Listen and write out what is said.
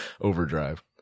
overdrive